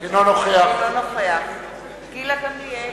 אינו נוכח גילה גמליאל,